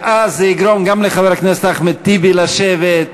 ואז זה יגרום גם לחבר הכנסת אחמד טיבי לשבת.